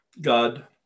God